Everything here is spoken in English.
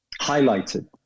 highlighted